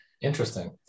Interesting